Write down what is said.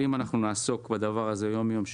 אם אנחנו נעסוק בדבר הזה יום-יום,